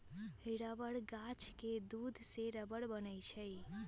rubber गाछ के दूध से रबर बनै छै